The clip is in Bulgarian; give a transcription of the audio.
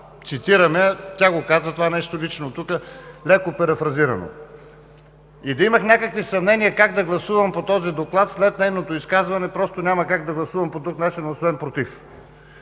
Цитирам я. Тя го каза лично тук, леко парафразирано. И да имах някакви съмнения как да гласувам по този Доклад, след нейното изказване няма как да гласувам по друг начин, освен „против“.